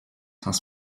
sans